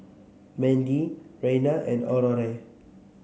Mandie Reyna and Aurore